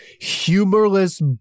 humorless